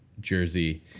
jersey